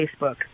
Facebook